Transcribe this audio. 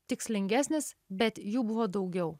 tikslingesnės bet jų buvo daugiau